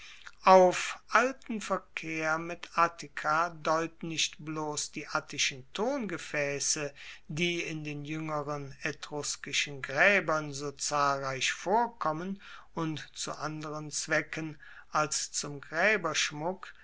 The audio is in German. auf alten verkehr mit attika deuten nicht bloss die attischen tongefaesse die in den juengeren etruskischen graebern so zahlreich vorkommen und zu anderen zwecken als zum